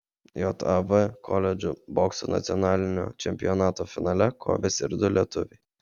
jav koledžų bokso nacionalinio čempionato finale kovėsi ir du lietuviai